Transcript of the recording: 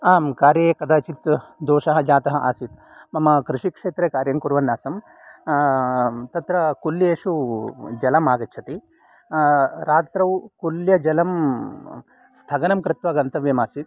आम् कार्ये कदाचित् दोषः जातः आसीत् मम कृषिक्षेत्रे कार्यं कुर्वन् आसम् तत्र कुल्येषु जलम् आगच्छति रात्रौ कुल्यजलं स्थगनं कृत्वा गन्तव्यम् आसीत्